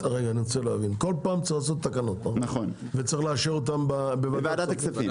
כל פעם צריך לעשות תקנות ולאשרן בוועדת הכספים.